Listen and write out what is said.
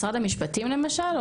משרד המשפטים למשל?